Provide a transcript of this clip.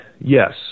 yes